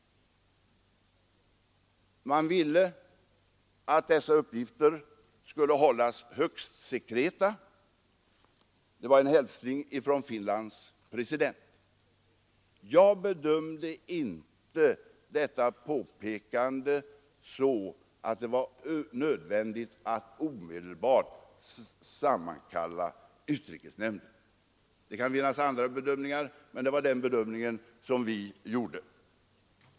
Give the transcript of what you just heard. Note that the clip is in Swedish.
Man ville att dessa uppgifter skulle hållas högst sekreta — det var en hälsning från Finlands president. Jag bedömde inte detta påpekande så att det var nödvändigt att omedelbart sammankalla utrikesnämnden. Det kan finnas andra bedömningar, men detta var den bedömning som regeringen gjorde.